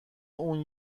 اون